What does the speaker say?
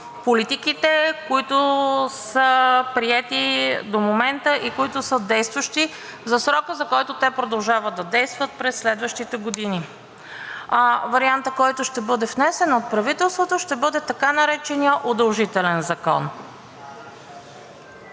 политиките, които са приети до момента и които са действащи за срока, за който те продължават да действат през следващите години. Вариантът, който ще бъде внесен от правителството, ще бъде така нареченият удължителен закон.